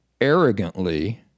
Arrogantly